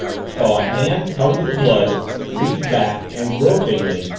saw a hand covered with blood reach back and gropingly,